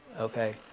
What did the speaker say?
okay